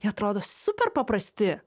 jie atrodo super paprasti